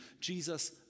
Jesus